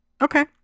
Okay